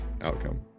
outcome